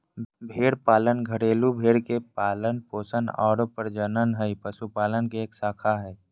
भेड़ पालन घरेलू भेड़ के पालन पोषण आरो प्रजनन हई, पशुपालन के एक शाखा हई